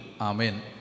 Amen